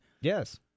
Yes